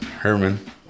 Herman